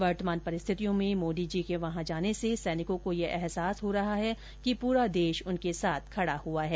वर्तमान परिस्थितियों में मोदी जी के वहां जाने से सैनिकों को यह अहसास हो रहा है कि पूरा देश उनके साथ खड़ा हुआ है